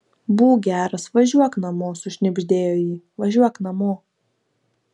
būk geras važiuok namo sušnibždėjo ji važiuok namo